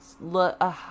Look